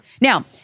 Now